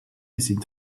sind